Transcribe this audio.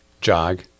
jog